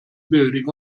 building